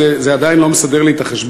זה עדיין לא מסדר לי את החשבון,